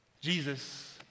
Jesus